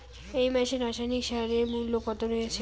এই মাসে রাসায়নিক সারের মূল্য কত রয়েছে?